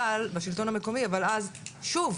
בשלטון המקומי אבל אז שוב,